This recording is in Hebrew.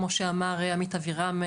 כמו שאמר עמית אבירם,